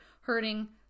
hurting